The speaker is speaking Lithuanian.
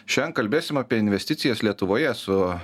šian kalbėsim apie investicijas lietuvoje su